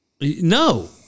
no